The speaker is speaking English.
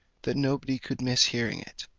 that nobody could miss hearing it.